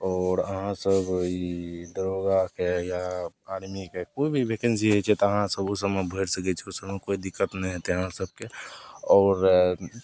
आओर अहाँसभ ई दरोगाके या आर्मीके कोइ भी वैकेन्सी होइ छै तऽ अहाँसभ ओहिसबमे भरि सकै छिए ओहिसबमे कोइ दिक्कत नहि हेतै अहाँसभकेँ आओर